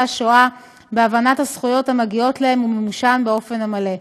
השואה בהבנת הזכויות המגיעות להם ומימושן באופן מלא.